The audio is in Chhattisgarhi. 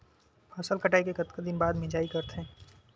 फसल कटाई के कतका दिन बाद मिजाई करथे?